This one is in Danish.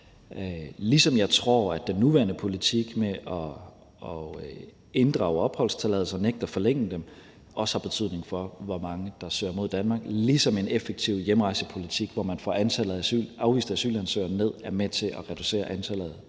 ligesom jeg tror, at den nuværende politik med at inddrage opholdstilladelser og nægte at forlænge dem også har betydning for, hvor mange der søger mod Danmark, og ligesom en effektiv hjemrejsepolitik, hvor man får antallet af afviste asylansøgere ned, er med til at reducere antallet